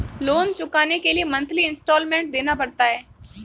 loan चुकाने के लिए मंथली इन्सटॉलमेंट देना पड़ता है